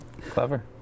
Clever